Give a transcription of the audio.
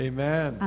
Amen 。